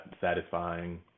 satisfying